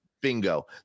Bingo